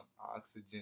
Oxygen